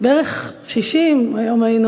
בערך 60 אנשים היינו